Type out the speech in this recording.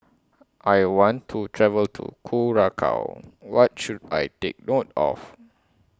I want to travel to Curacao What should I Take note of